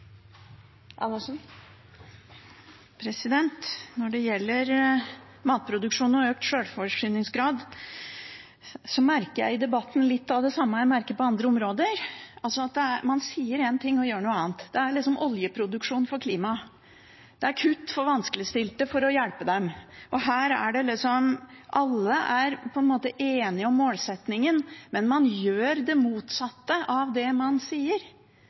matproduksjon. Når det gjelder matproduksjon og økt sjølforsyningsgrad, merker jeg i debatten litt av det samme jeg merker på andre områder, altså at man sier én ting og gjør noe annet. Det er liksom oljeproduksjon for klima, det er kutt for vanskeligstilte for å hjelpe dem, og her er på en måte alle enige om målsettingen, men man gjør det motsatte av det man sier,